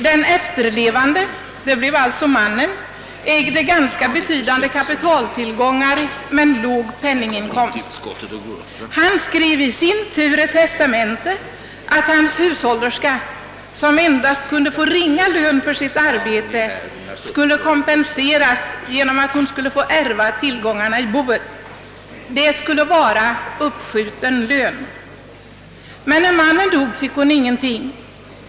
Den efterlevande, alltså mannen, hade ganska betydande kapitaltillgångar men låga penninginkomster. Han skrev i sin tur ett testamente enligt vilket hans hushållerska, som endast kunde få ringa lön för sitt arbete, skulle kompenseras på så sätt att hon fick ärva tillgångarna i boet. Det skulle vara uppskjuten lön. Men när mannen dog fick hushållerskan ingenting.